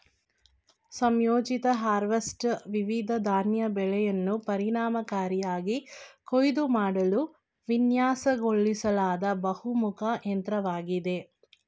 ಸಂಯೋಜಿತ ಹಾರ್ವೆಸ್ಟರ್ ವಿವಿಧ ಧಾನ್ಯ ಬೆಳೆಯನ್ನು ಪರಿಣಾಮಕಾರಿಯಾಗಿ ಕೊಯ್ಲು ಮಾಡಲು ವಿನ್ಯಾಸಗೊಳಿಸಲಾದ ಬಹುಮುಖ ಯಂತ್ರವಾಗಿದೆ